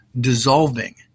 dissolving